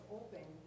open